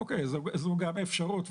זו גם אפשרות.